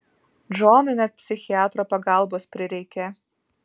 džonui net psichiatro pagalbos prireikė